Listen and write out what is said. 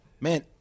man—